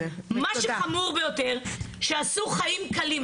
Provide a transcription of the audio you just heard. מה שחמור ביותר שעשו חיים קלים,